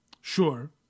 Sure